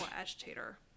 agitator